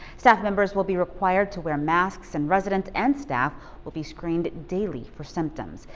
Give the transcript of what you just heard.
staff members will be required to wear masks and residents and staff will be screened daily for symptoms.